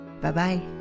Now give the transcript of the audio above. Bye-bye